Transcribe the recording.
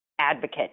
advocate